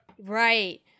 Right